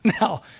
Now